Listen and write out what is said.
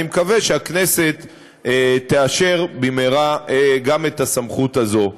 אני מקווה שהכנסת תאשר במהרה גם את הסמכות הזו.